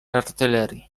artylerii